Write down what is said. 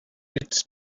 its